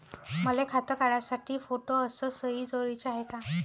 मले खातं काढासाठी फोटो अस सयी जरुरीची हाय का?